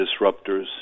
disruptors